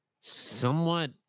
Somewhat